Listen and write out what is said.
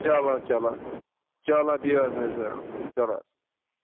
چلو چلو چلو بِہِو حظ نزیٖر چلو